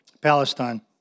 Palestine